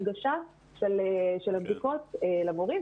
הנגשה של הבדיקות למורים.